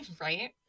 Right